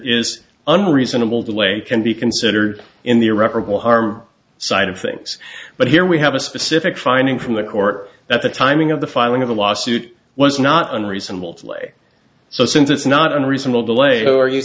is unreasonable delay can be considered in the irreparable harm side of things but here we have a specific finding from the court that the timing of the filing of the lawsuit was not unreasonable to play so since it's not unreasonable delay so are you